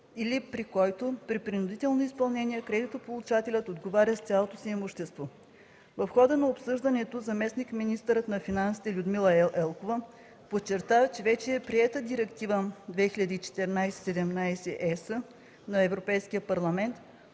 или при който, при принудително изпълнение, кредитополучателят отговаря с цялото си имущество. В хода на обсъждането заместник-министърът на финансите Людмила Елкова подчерта, че вече е приета Директива 2014/17/ЕС на Европейския парламент